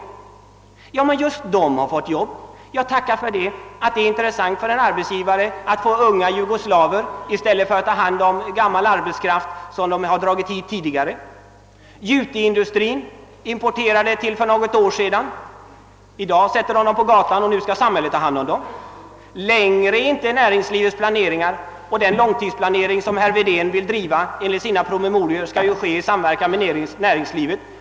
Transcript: Man hänvisar till att just dessa personer fick arbete. Ja, självfallet är det intressant för en arbetsgivare att få unga jugoslaver i stället för att ta hand om gammal arbetskraft, som de tidigare dragit hit. Juteindustrin importerade <arbetskraft fram till för något år sedan. I dag sätter den dessa arbetare på gatan för att samhället skall ta hand om dem. Längre sträcker sig inte näringslivets planering. Den långtidsplanering som herr Wedén enligt sina promemorior vill bedriva skall nu äga rum i samverkan med näringslivet.